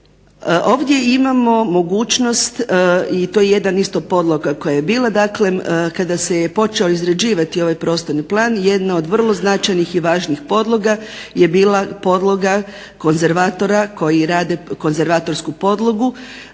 Ovdje imamo mogućnost i to je jedan isto podloga koja je bila dakle kada se je počeo izrađivati ovaj prostorni plan jedna od vrlo značajnih i važnih podloga je bila podloga konzervatora koji rade konzervatorsku podlogu.